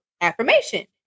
affirmation